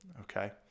Okay